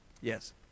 Yes